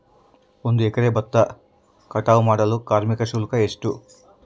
ಒಂದು ಎಕರೆ ಭತ್ತ ಕಟಾವ್ ಮಾಡಲು ಕಾರ್ಮಿಕ ಶುಲ್ಕ ಎಷ್ಟು?